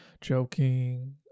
joking